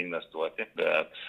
investuoti bet